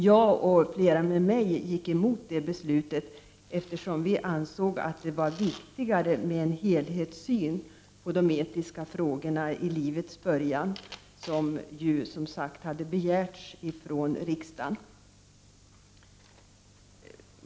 Jag och flera med mig gick emot det beslutet, eftersom vi ansåg det vara viktigare med en helhetssyn på de etiska frågorna i livets början, som ju som sagt hade begärts från riksdagen.